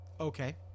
Okay